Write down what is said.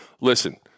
listen